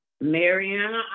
Mariana